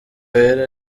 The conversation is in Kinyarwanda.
wera